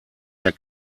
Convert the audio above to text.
der